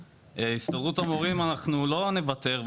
הסתדרות המורים אנחנו לא נוותר.